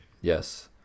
Yes